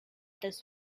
this